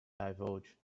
divulge